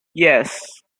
yes